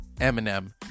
Eminem